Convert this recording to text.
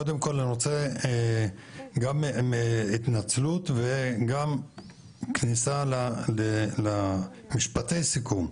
קודם כל אני רוצה גם התנצלות וגם כניסה למשפטי סיכום.